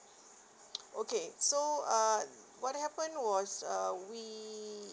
okay so uh what happen was uh we